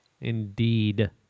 Indeed